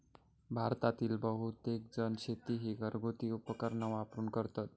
भारतातील बहुतेकजण शेती ही घरगुती उपकरणा वापरून करतत